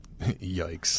Yikes